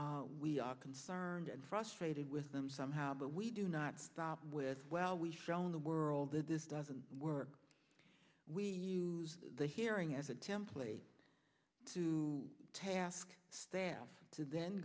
out we are concerned and frustrated with them somehow but we do not stop with well we've shown the world that this doesn't work we use the hearing as a template to task staff to then